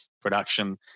production